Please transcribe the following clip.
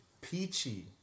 Peachy